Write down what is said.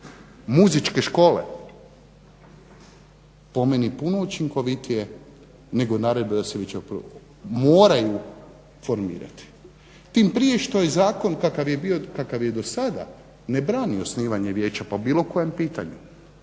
muzičke škole, po meni puno učinkovitije nego naredbe da se vijeća moraju formirati. Tim prije što je zakon kakav je bio kakav je do sada ne brani osnivanje vijeća po bilo kojem pitanju.